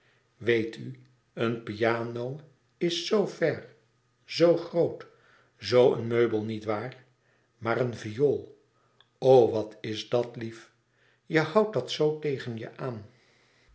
weet u een piano is zoo ver zoo groot zoo een meubel niet waar maar een viool o wat is dat lief je houdt dat zoo tegen je aan